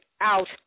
out